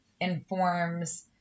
informs